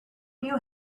you